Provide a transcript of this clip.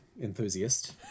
enthusiast